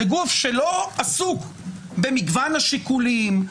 לגוף שלא עסוק במגוון השיקולים,